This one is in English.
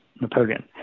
Napoleon